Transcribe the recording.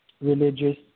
Religious